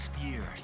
years